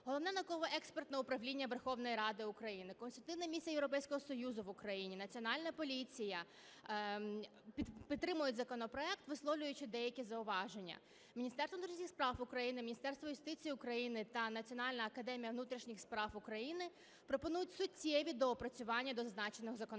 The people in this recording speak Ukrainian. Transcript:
Головне науково-експертне управління Верховної Ради України, Консультативна місія Європейського Союзу в Україні, Національна поліція підтримують законопроект, висловлюючи деякі зауваження. Міністерство внутрішніх справ України, Міністерство юстиції України та Національна академія внутрішніх справ України пропонують суттєві доопрацювання до зазначеного законопроекту.